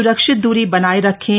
सुरक्षित दूरी बनाए रखें